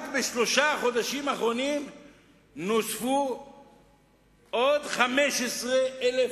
רק בשלושת החודשים האחרונים נוספו עוד 15,000